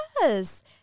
Yes